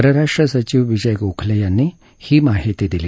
परराष्ट्र सचिव विजय गोखले यांनी ही माहिती दिली